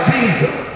Jesus